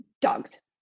dogs